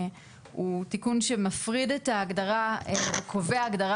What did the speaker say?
הוא תיקון שמפריד את ההגדרה וקובע הגדרה